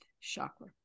chakra